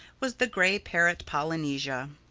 was the gray parrot, polynesia.